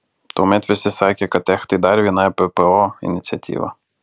tuomet visi sakė kad ech tai dar viena ebpo iniciatyva